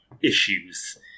issues